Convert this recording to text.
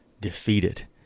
defeated